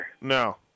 no